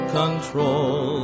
control